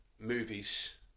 movies